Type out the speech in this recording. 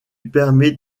permet